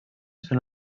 són